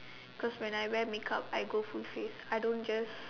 cause when I wear make up I go full face I don't just